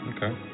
Okay